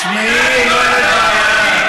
תיתן לי תשובות ענייניות, אדוני השר.